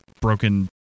broken